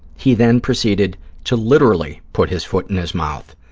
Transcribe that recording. he then proceeded to literally put his foot in his mouth.